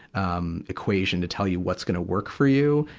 um, equation to tell you what's gonna work for you.